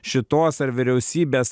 šitos ar vyriausybės